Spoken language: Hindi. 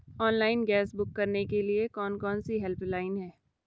ऑनलाइन गैस बुक करने के लिए कौन कौनसी हेल्पलाइन हैं?